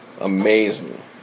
amazing